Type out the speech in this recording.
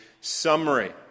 summary